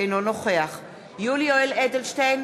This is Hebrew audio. אינו נוכח יולי יואל אדלשטיין,